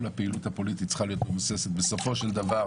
כל הפעילות הפוליטית צריכה להיות מבוססת על כספי ציבור